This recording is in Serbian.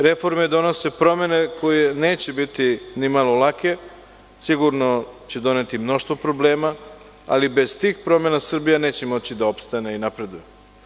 Reforme donose promene koje neće biti ni malo lake, sigurno će doneti mnoštvo problema, ali, bez tih promena, Srbija neće moći da opstane i napreduje.